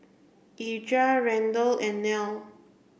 Edra Randle and Nell